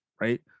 right